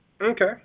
Okay